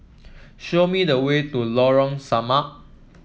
show me the way to Lorong Samak